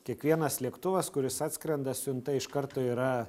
kiekvienas lėktuvas kuris atskrenda siunta iš karto yra